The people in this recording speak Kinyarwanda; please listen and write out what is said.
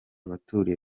abaturiye